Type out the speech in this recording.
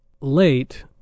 late